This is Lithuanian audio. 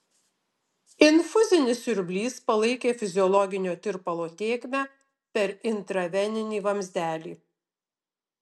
infuzinis siurblys palaikė fiziologinio tirpalo tėkmę per intraveninį vamzdelį